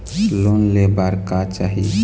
Loan ले बार का चाही?